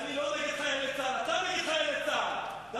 אני לא נגד חיילי צה"ל, אתה נגד חיילי צה"ל.